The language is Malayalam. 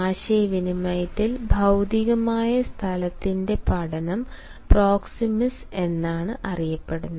ആശയവിനിമയത്തിൽ ഭൌതികമായ സ്ഥലത്തിൻറെ പഠനം പ്രോക്സെമിക്സ് എന്നാണ് അറിയപ്പെടുന്നത്